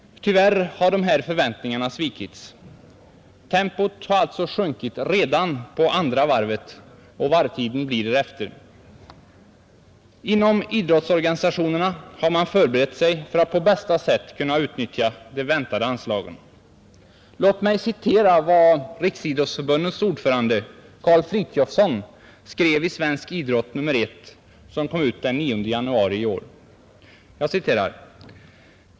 Tyvärr har dessa förväntningar nu svikits. Tempot har alltså sjunkit redan på andra varvet, och varvtiden blir därefter. Inom idrottorganisationerna har man förberett sig för att på bästa sätt kunna utnyttja de väntade anslagen. Låt mig citera vad Riksidrottsförbundets ordförande Karl Frithiofson skrev i Svensk Idrott nr I som kom ut den 9 januari i år.